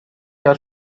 your